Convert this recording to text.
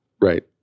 Right